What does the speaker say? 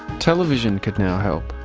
television could now help,